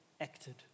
acted